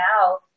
now